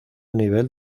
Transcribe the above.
nivel